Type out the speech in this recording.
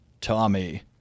Tommy